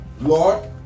Lord